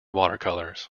watercolours